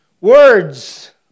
Words